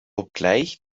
obgleich